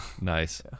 Nice